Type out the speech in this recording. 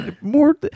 more